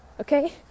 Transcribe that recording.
okay